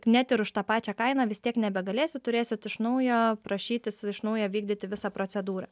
net ir už tą pačią kainą vis tiek nebegalėsit turėsit iš naujo prašytis iš nauja vykdyti visą procedūrą